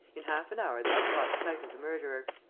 in half an hour they had caught sight of the murderer.